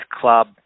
Club